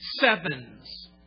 sevens